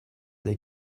they